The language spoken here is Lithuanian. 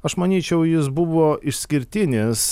aš manyčiau jis buvo išskirtinis